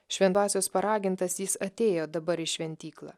šven dvasios paragintas jis atėjo dabar į šventyklą